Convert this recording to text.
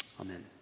Amen